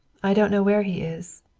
i don't know where he is.